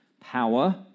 power